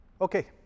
Okay